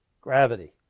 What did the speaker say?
gravity